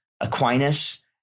Aquinas